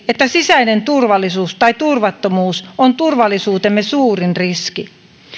että sisäinen turvallisuus tai turvattomuus on turvallisuutemme suurin riski